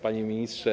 Panie Ministrze!